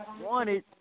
wanted